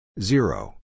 zero